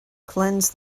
cleanse